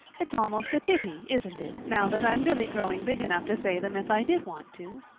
it's almost a pity, isn't it, now that i'm really growing big enough to say them if i did want to.